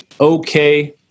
okay